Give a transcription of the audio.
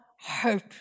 hope